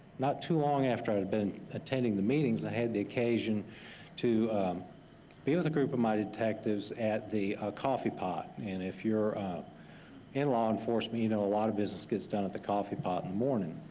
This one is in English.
not too long after i'd been attending the meetings, i had the occasion to be with a group of my detectives at the coffee pot and if you're in law enforcement you know a lot of business gets done at the coffee pot in the morning.